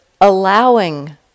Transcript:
allowing